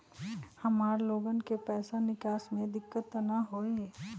हमार लोगन के पैसा निकास में दिक्कत त न होई?